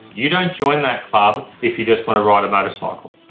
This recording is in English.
you don't join if you just want to ride a motorcycle.